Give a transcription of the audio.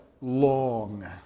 Long